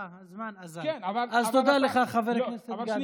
אה, הזמן אזל, אז תודה לך, חבר הכנסת גדי